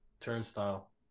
turnstile